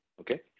okay